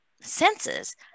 senses